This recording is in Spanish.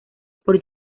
por